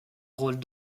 rôle